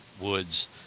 woods